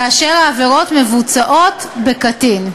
כאשר העבירות מבוצעות בקטין.